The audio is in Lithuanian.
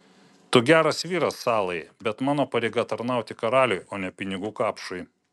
tu geras vyras salai bet mano pareiga tarnauti karaliui o ne pinigų kapšui